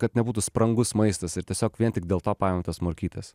kad nebūtų sprangus maistas ir tiesiog vien tik dėl to paėmėm tas morkytes